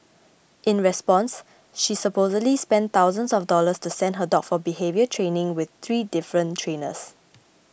in response she supposedly spent thousands of dollars to send her dog for behaviour training with three different trainers